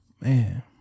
Man